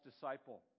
disciple